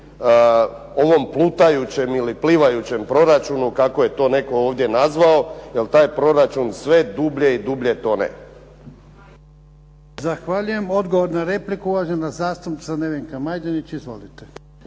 ovom plutajućem ili plivajućem proračunu kako je to netko ovdje nazvao, jer taj proračun sve dublje i dublje tone. **Jarnjak, Ivan (HDZ)** Zahvaljujem. Odgovor na repliku, uvažena zastupnica Nevenka Majdenić. Izvolite.